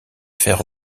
faire